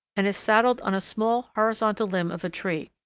and is saddled on a small horizontal limb of a tree,